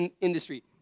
industry